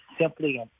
simply